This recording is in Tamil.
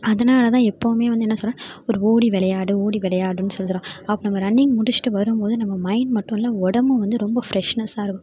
அதனால் தான் எப்பவுமே வந்து என்ன சொல்கிறேன் ஒரு ஓடி விளையாடு ஓடி விளையாடுன்னு சொல்கிறோம் அப்போ நம்ம ரன்னிங் முடிச்சுட்டு வரும் போது நம்ம மைண்ட் மட்டும் இல்லை உடம்பும் வந்து ரொம்ப ப்ரெஸ்னஸ்ஸாயிருக்கும்